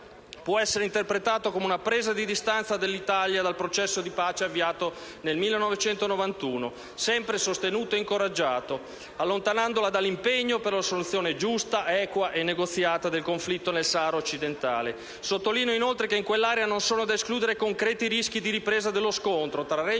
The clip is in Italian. può essere interpretato come una presa di distanza dell'Italia dal processo di pace avviato nel 1991, sempre sostenuto e incoraggiato, allontanandola dall'impegno per una soluzione giusta, equa e negoziata del conflitto nel Sahara Occidentale. Sottolineo inoltre che in quell'area non sono da escludere concreti rischi di ripresa dello scontro tra Regno del